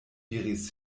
diris